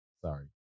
Sorry